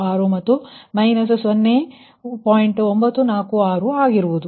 946 ಆಗಿರುವುದು